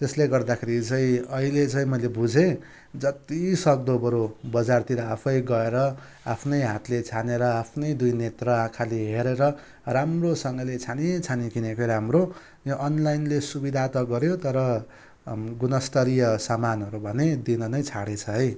त्यसले गर्दाखेरि चाहिँ अहिले चाहिँ मैले बुझेँ जतिसक्दो बरू बजारतिर आफै गएर आफ्नै हातले छानेर आफ्नै दुई नेत्र आँखाले हेरेर राम्रोसँगले छानी छानी किनेकै राम्रो यो अनलाइनले सुविधा त गर्यो तर गुणस्तरीय सामानहरू भने दिन नै छाडेछ है